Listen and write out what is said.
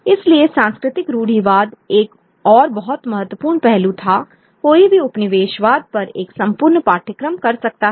इसलिए सांस्कृतिक रूढ़िवाद एक और बहुत महत्वपूर्ण पहलू था कोई भी उपनिवेशवाद पर एक संपूर्ण पाठ्यक्रम कर सकता है